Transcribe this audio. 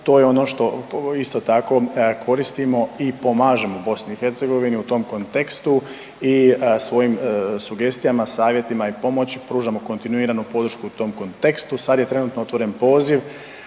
To je ono što isto tako koristimo i pomažemo BiH, u tom kontekstu i svojim sugestijama, savjetima i pomoći pružamo kontinuiranu podršku u tom kontekstu. Sad je trenutno otvoren poziv